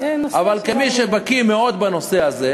אבל כמי שבקי מאוד בנושא הזה,